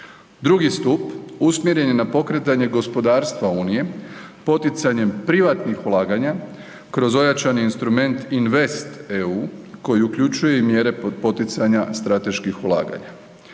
Drugi stup usmjeren je na pokretanje gospodarstva Unije poticanjem privatnih ulaganja kroz ojačani instrument „Invest EU“ koji uključuje i mjere poticanja strateških ulaganja.